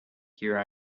here